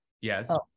Yes